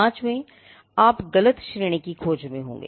पाँचवें आप गलत श्रेणी में खोज रहे होंगे